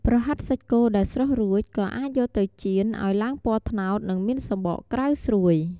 ប្រហិតសាច់គោដែលស្រុះរួច ក៏អាចយកទៅចៀនឱ្យឡើងពណ៌ត្នោត និងមានសំបកក្រៅស្រួយ។